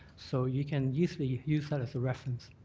so you can easily use that as a reference.